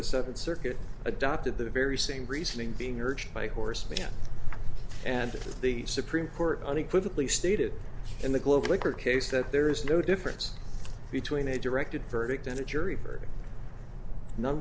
the seventh circuit adopted the very same reasoning being urged by horsemen and the supreme court unequivocally stated in the global liquor case that there is no difference between a directed verdict and a jury